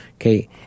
Okay